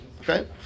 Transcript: Okay